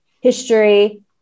history